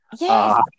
Yes